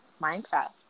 Minecraft